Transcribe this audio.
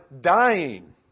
dying